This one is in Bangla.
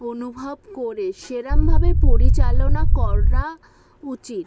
অনুভব করে সেরামভাবে পরিচালনা করা উচিত